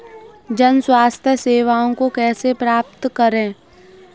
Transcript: जन स्वास्थ्य सेवाओं को कैसे प्राप्त करें?